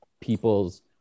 people's